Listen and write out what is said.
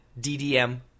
DDM